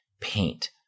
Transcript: paint